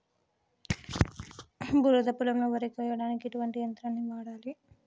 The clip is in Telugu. బురద పొలంలో వరి కొయ్యడానికి ఎటువంటి యంత్రాన్ని వాడాలి?